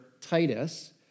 Titus